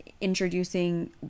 introducing